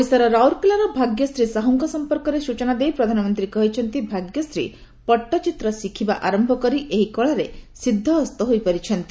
ଓଡ଼ିଶାର ରାଉରକେଲାର ଭାଗ୍ୟଶ୍ରୀ ସାହୁଙ୍କ ସମ୍ପର୍କରେ ସ୍ବଚନା ଦେଇ ପ୍ରଧାନମନ୍ତ୍ରୀ କହିଛନ୍ତି ଭାଗ୍ୟଶ୍ରୀ ପଟ୍ଟଚିତ୍ର ଶିଖିବା ଆରମ୍ଭ କରି ଏହି କଳାରେ ସିଦ୍ଧହସ୍ତ ହୋଇପାରିଛନ୍ତି